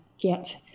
get